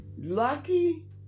Lucky